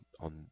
on